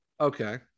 Okay